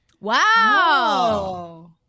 Wow